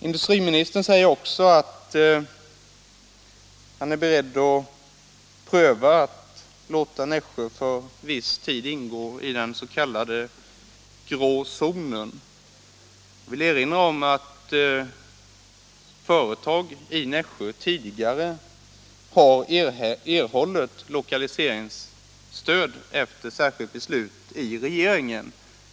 Industriministern säger också att han är beredd att pröva att låta Nässjö för viss tid ingå i den s.k. grå zonen. Jag vill erinra om att företag i Nässjö tidigare har erhållit lokaliseringsstöd efter särskilt beslut i regeringen.